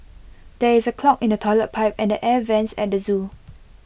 there is A clog in the Toilet Pipe and air Vents at the Zoo